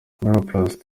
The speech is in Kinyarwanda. miroplast